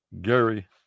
Gary